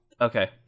Okay